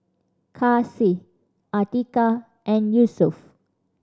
Kasih Atiqah and Yusuf